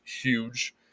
huge